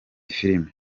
filime